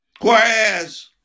Whereas